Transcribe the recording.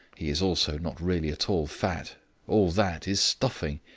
he is also not really at all fat all that is stuffing.